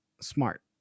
smart